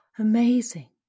Amazing